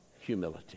humility